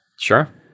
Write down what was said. Sure